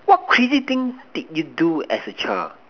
what crazy things did you do as a child